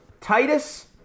Titus